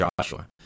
Joshua